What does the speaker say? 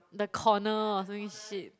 the corner or something shit